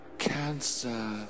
Cancer